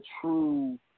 true